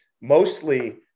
mostly